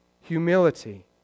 humility